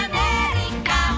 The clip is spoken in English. America